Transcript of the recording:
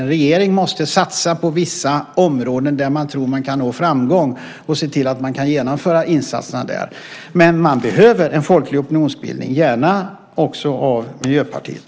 En regering måste satsa på vissa områden där man tror att man kan nå framgång och se till att man kan genomföra insatser. Man behöver en folklig opinionsbildning, gärna även av Miljöpartiet.